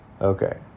Okay